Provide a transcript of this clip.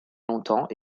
longtemps